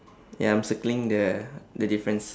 ya I'm circling the the difference